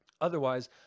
Otherwise